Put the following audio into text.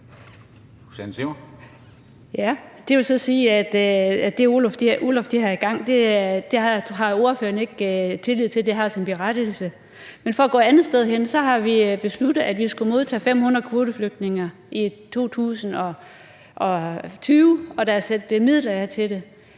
Det vil så sige, at det, OLAF har i gang, har ordføreren ikke tillid til har sin berettigelse. Men for at gå et andet sted hen: Vi har besluttet, at vi skulle modtage 500 kvoteflygtninge i 2020, og der er sat midler af til det.